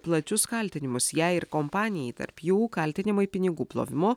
plačius kaltinimus jai ir kompanijai tarp jų kaltinimai pinigų plovimu